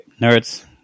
nerds